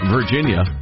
Virginia